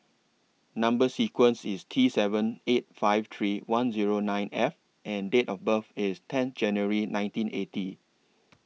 Number sequence IS T seven eight five three one Zero nine F and Date of birth IS ten January nineteen eighty